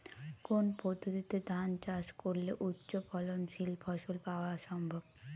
কোন পদ্ধতিতে ধান চাষ করলে উচ্চফলনশীল ফসল পাওয়া সম্ভব?